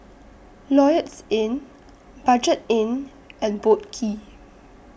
Lloyds Inn Budget Inn and Boat Quay